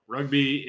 Rugby